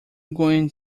going